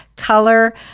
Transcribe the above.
color